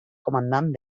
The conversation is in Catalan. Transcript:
comandant